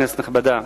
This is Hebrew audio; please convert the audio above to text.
כנסת נכבדה,